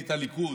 מפלגת הליכוד,